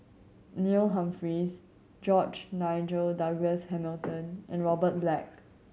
Neil Humphreys George Nigel Douglas Hamilton and Robert Black